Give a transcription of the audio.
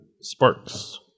Sparks